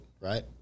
right